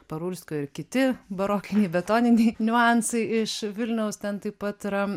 parulskio ir kiti barokiniai betoniniai niuansai iš vilniaus ten taip pat yra